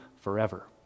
forever